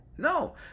No